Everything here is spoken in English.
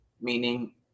meaning